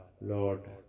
Lord